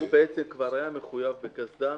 הוא כבר היה מחויב בקסדה